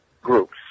groups